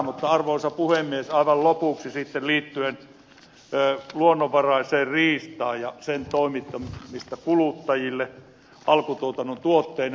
mutta arvoisa puhemies aivan lopuksi liittyen luonnonvaraiseen riistaan ja sen toimittamiseen kuluttajille alkutuotannon tuotteena